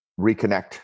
reconnect